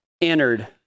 entered